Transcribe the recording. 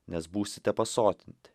nes būsite pasotinti